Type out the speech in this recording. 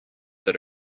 that